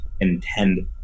intend